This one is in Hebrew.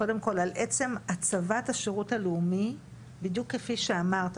קודם כל על עצם הצבת השירות הלאומי בדיוק כפי שאמרת.